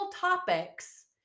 topics